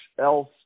else